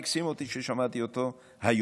והקסים אותי כששמעתי אותו היום.